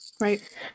right